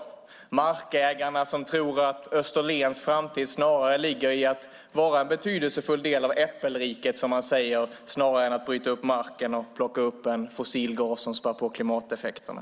Bland dem finns markägarna, som tror att Österlens framtid snarare ligger i att vara en betydelsefull del av Äppelriket i stället för att man ska bryta upp marken och ta upp fossilgas som spär på klimateffekterna.